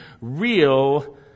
real